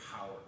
power